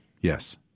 yes